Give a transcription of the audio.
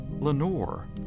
Lenore